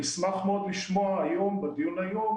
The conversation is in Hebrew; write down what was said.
נשמח מאוד לשמוע בדיון היום,